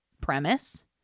premise